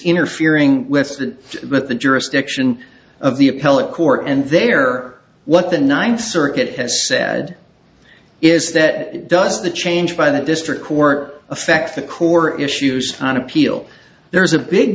interfering with that but the jurisdiction of the appellate court and there what the ninth circuit has said is that does the change by the district court affect the core issues on appeal there is a big